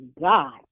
God